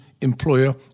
employer